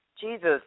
Jesus